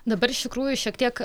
dabar iš tikrųjų šiek tiek